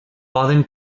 poden